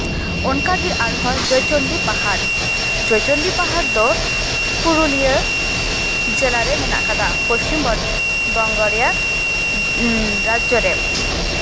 ᱚᱱᱠᱟ ᱜᱮ ᱟᱨᱦᱚᱸ ᱡᱚᱭᱪᱚᱱᱰᱤ ᱯᱟᱦᱟᱲ ᱡᱚᱭᱪᱚᱱᱰᱤ ᱯᱟᱦᱟᱲ ᱫᱚ ᱯᱩᱨᱩᱞᱤᱭᱟᱹ ᱡᱮᱞᱟᱨᱮ ᱢᱮᱱᱟᱜ ᱠᱟᱫᱟ ᱯᱚᱪᱷᱤᱢ ᱵᱚᱝᱜᱚ ᱨᱮᱭᱟᱜ ᱨᱟᱡᱽᱡᱚ ᱨᱮ